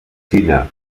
xina